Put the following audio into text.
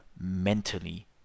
mentally